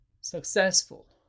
successful